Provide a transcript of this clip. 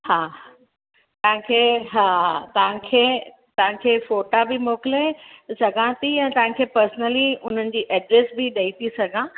हा तव्हांखे हा तव्हांखे तव्हांखे फ़ोटा बि मोकिले सघां थी ऐं तव्हांखे पर्सनली उन्हनि जी एड्रेस बि ॾेई थी सघां